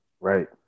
right